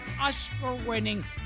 Oscar-winning